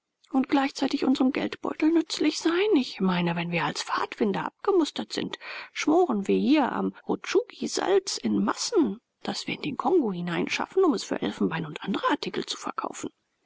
und gleichzeitig unsrem geldbeutel nützlich sein ich meine wenn wir als pfadfinder abgemustert sind schmoren wir hier am rutschugi salz in masse das wir in den kongo hineinschaffen um es für elfenbein und andre artikel zu verkaufen